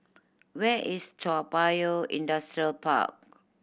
where is Toa Payoh Industrial Park